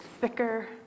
thicker